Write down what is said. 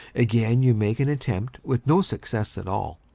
again you make an attempt with no success at all,